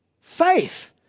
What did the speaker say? faith